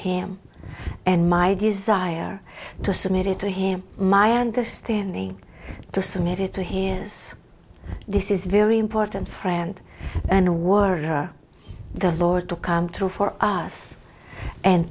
him and my desire to submit it to him my understanding to submit it to here is this is very important friend and warrior the lord to come through for us and